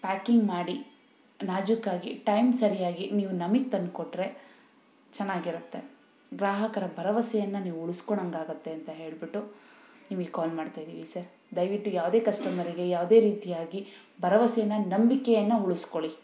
packing ಮಾಡಿ ನಾಜುಕ್ಕಾಗಿ ಟೈಮ್ಗೆ ಸರಿಯಾಗಿ ನೀವು ನಮಿಗೆ ತಂದುಕೊಟ್ರೆ ಚೆನ್ನಾಗಿರತ್ತೆ ಗ್ರಾಹಕರ ಭರವಸೆಯನ್ನ ನೀವು ಉಳುಸ್ಕೊಳಂಗಾಗತ್ತೆ ಅಂತ ಹೇಳಿಬಿಟ್ಟು ನಿಮಗೆ ಕಾಲ್ ಮಾಡ್ತಾಯಿದೀವಿ ಸರ್ ದಯವಿಟ್ಟು ಯಾವುದೇ ಕಸ್ಟಮರಿಗೆ ಯಾವುದೇ ರೀತಿಯಾಗಿ ಭರವಸೆಯನ್ನ ನಂಬಿಕೆಯನ್ನು ಉಳಿಸ್ಕೊಳಿ